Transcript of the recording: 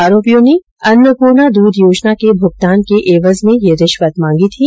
आरोपियों ने अन्नपूर्णा दूध योजना के भुगतान के एवज में यह रिश्वत मांगी थी